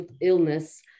illness